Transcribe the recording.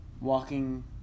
walking